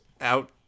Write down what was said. out